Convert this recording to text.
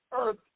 earth